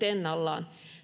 ennallaan